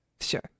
sure